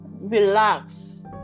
relax